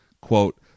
Quote